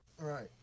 Right